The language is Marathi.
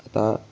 आता